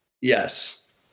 Yes